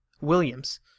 Williams